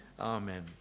Amen